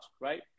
right